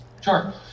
sure